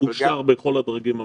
אושר בכל הדרגים המקצועיים.